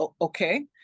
okay